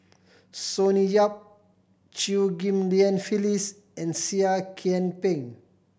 Sonny Yap Chew Ghim Lian Phyllis and Seah Kian Peng